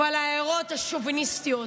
אבל ההערות השוביניסטיות,